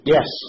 Yes